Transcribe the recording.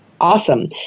Awesome